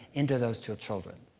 into those two children.